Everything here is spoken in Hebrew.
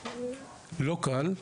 לא קל,